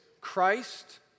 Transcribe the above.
Christ